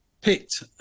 picked